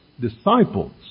disciples